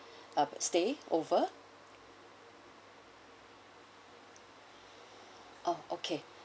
stayed over ah okay